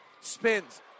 Spins